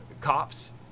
Cops